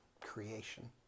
creation